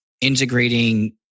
integrating